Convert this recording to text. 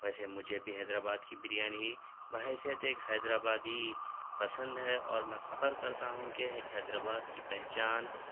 ویسے مجھے بھی حیدرآباد کی بریانی بحیثیت ایک حیدرآبادی پسند ہے اور میں فخر کرتا ہوں کہ حی حیدرآباد کی پہچان